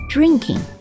Drinking